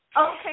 okay